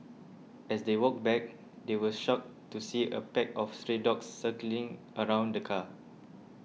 as they walked back they were shocked to see a pack of stray dogs circling around the car